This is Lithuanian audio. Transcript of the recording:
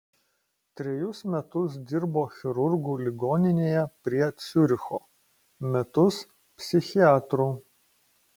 trejus metus dirbo chirurgu ligoninėje prie ciuricho metus psichiatru